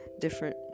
different